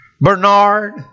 Bernard